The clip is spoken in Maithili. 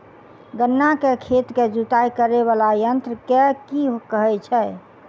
गन्ना केँ खेत केँ जुताई करै वला यंत्र केँ की कहय छै?